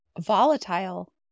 volatile